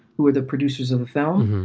who are the producers of the film.